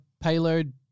Payload